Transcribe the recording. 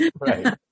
Right